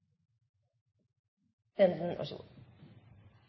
kommer. Vær så god!